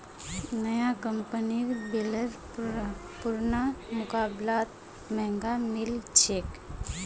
नया कंपनीर बेलर पुरना मुकाबलात महंगा मिल छेक